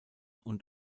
und